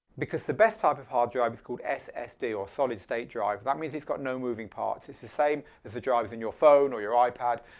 because the best type of hard drive is called ssd or a solid-state drive, that means it's got no moving parts. it's the same as the drives in your phone or your ah ipad.